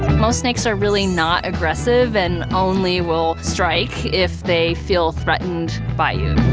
most snakes are really not aggressive and only will strike if they feel threatened by you.